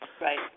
Right